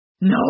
No